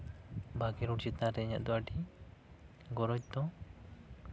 ᱵᱷᱟᱹᱜᱤ ᱨᱳᱰ ᱪᱮᱛᱟᱱᱨᱮ ᱤᱧᱟᱹᱜ ᱫᱚ ᱟᱹᱰᱤ ᱜᱚᱨᱚᱡ ᱫᱚ